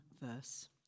verse